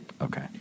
Okay